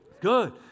Good